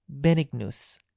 benignus